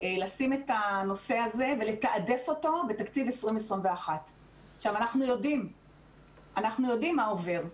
לשים את הנושא הזה ולתעדף אותו בתקציב 2021. אנחנו יודעים מה עובר.